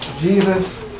Jesus